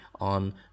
on